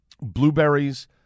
Blueberries